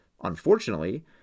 Unfortunately